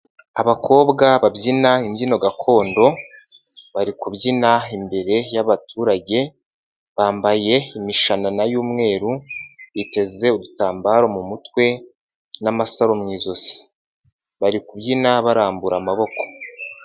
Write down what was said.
Abakobwa babyina imbyino gakondo, bari kubyina imbere y'abaturage, bambaye imishanana y'umweru, biteze ibitambaro mu mutwe n'amasaro mu ijosi. Bari kubyina barambura amaboko.